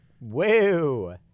Woo